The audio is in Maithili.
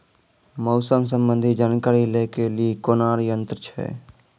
मौसम संबंधी जानकारी ले के लिए कोनोर यन्त्र छ?